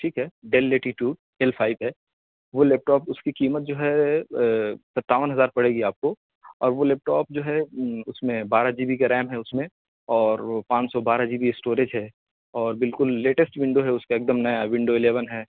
ٹھیک ہے Dell latitude Dell five ہے وہ لیپ ٹاپ اس کی قیمت جو ہے ستاون ہزار پڑے گی آپ کو اور وہ لیپ ٹاپ جو ہے اس میں بارہ جی بی کا ریم ہے اس میں اور وہ پانچ سو بارہ جی بی اسٹوریج ہے اور بالکل لیٹیسٹ ونڈو ہے اس کا ایک دم نیا ونڈو الیون ہے